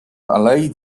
alei